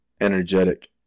energetic